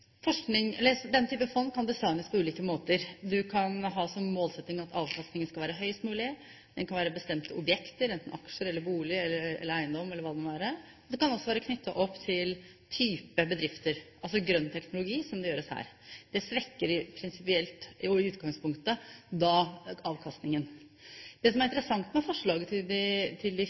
type fond kan designes på ulike måter. Du kan ha som målsetting at avkastningen skal være høyest mulig, det kan være bestemte objekter – enten aksjer eller bolig eller eiendom eller hva det måtte være. Det kan også være knyttet opp til type bedrifter, altså de med grønn teknologi, som det gjøres her. Det svekker da prinsipielt og i utgangspunktet avkastningen. Det som er interessant med forslaget til de